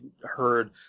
heard